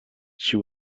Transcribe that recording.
she